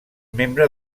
membre